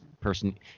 person